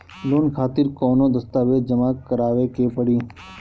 Loan खातिर कौनो दस्तावेज जमा करावे के पड़ी?